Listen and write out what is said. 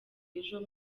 ejo